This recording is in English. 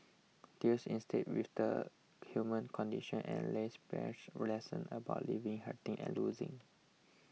deals instead with the human condition and lays bare lessons about living hurting and losing